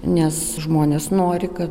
nes žmonės nori kad